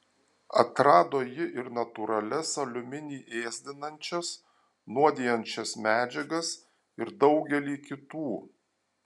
atrado ji ir natūralias aliuminį ėsdinančias nuodijančias medžiagas ir daugelį kitų